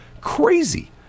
crazy